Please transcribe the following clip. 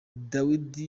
dawidi